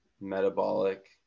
metabolic